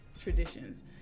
traditions